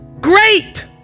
great